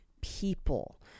people